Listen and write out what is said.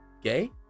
gay